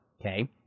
Okay